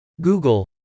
Google